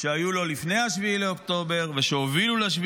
שהיו לו לפני 7 באוקטובר ושהובילו ל-7